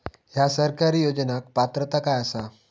हया सरकारी योजनाक पात्रता काय आसा?